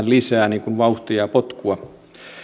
lisää vauhtia ja potkua